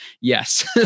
yes